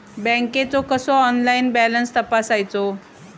बँकेचो कसो online balance तपासायचो?